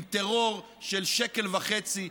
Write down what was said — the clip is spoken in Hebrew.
עם טרור של שקל וחצי,